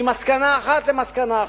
ממסקנה אחת למסקנה אחרת.